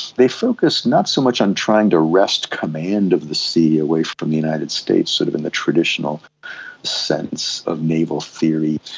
they focused not so much on trying to wrest command of the sea away from the united states, sort of in the traditional sense of naval theory,